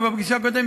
ובפגישה הקודמת,